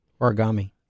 origami